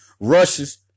rushes